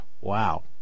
Wow